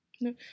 No